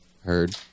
heard